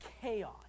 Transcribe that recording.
chaos